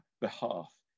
behalf